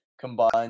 combined